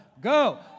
Go